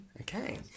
Okay